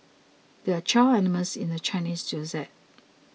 there are twelve animals in the Chinese zodiac